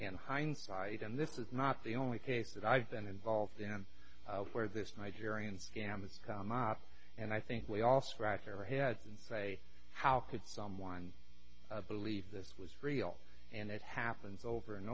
and hindsight and this is not the only case that i've been involved in where this nigerian scams come up and i think we all scratch their heads and say how could someone believe this was real and it happens over and